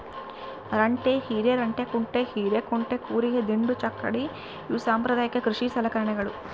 ರಂಟೆ ಹಿರೆರಂಟೆಕುಂಟೆ ಹಿರೇಕುಂಟೆ ಕೂರಿಗೆ ದಿಂಡು ಚಕ್ಕಡಿ ಇವು ಸಾಂಪ್ರದಾಯಿಕ ಕೃಷಿ ಸಲಕರಣೆಗಳು